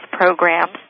programs